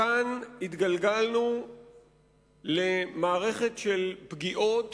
מכאן התגלגלנו למערכת של פגיעות